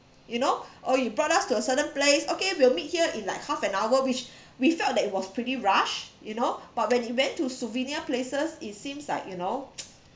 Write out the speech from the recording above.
you know oh you brought us to a certain place okay we'll meet here in like half an hour which we felt that it was pretty rush you know but when it went to souvenir places it seems like you know